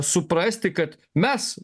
suprasti kad mes